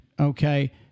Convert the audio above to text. okay